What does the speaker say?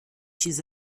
چیز